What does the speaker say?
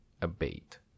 Abate